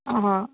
हाँ